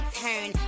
turn